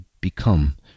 become